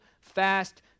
fast